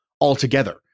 altogether